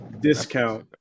discount